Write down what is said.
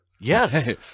Yes